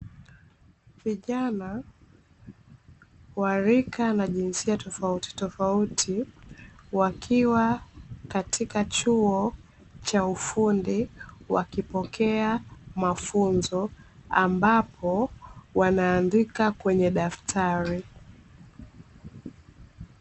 Vijana wa rika na jinsia tofautitofauti wakiwa katika chuo cha ufundi, wakipokea mafunzo ambapo wanaandika kwenye daftari.